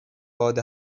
باد